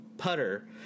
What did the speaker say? putter